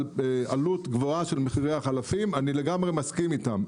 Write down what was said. על עלות גבוהה של מחירי החלפים אני לגמרי מסכים איתם,